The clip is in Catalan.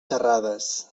terrades